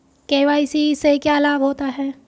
KYC से क्या लाभ होता है?